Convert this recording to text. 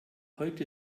heute